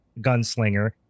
gunslinger